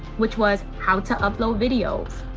which was how to upload videos,